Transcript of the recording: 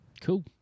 Cool